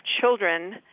children